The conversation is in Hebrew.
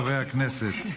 חברי הכנסת,